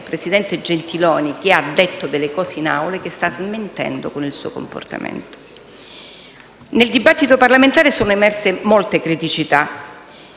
presidente Gentiloni Silveri ha detto delle cose in Aula, che ora sta smentendo con il suo comportamento. Nel dibattito parlamentare sono emerse molte criticità.